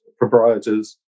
proprietors